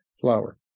flower